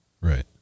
Right